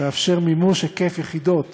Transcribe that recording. מאפשר מימוש היקף יחידות